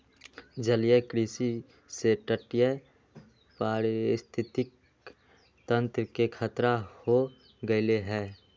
जलीय कृषि से तटीय पारिस्थितिक तंत्र के खतरा हो गैले है